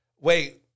Wait